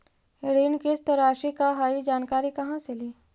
ऋण किस्त रासि का हई जानकारी कहाँ से ली?